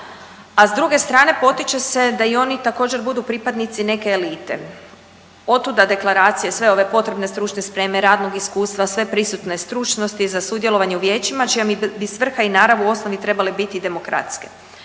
a s druge strane potiče se da i oni također budu pripadnici neke elite. Otuda deklaracije sve ove potrebne stručne spreme, radnog iskustva, sveprisutne stručnosti za sudjelovanje u vijećima čija bi svrha i narav u osnovi trebale biti demokratske,